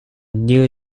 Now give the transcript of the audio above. new